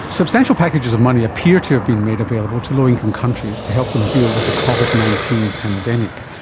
substantial packages of money appear to have been made available to low-income countries to help them deal with the covid nineteen pandemic,